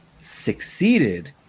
succeeded